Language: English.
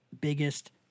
biggest